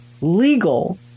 legal